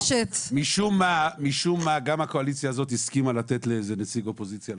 כאן הייתי מבקש את התייחסות משרד המשפטים כי יש לזה השלכות רוחב.